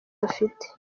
dufite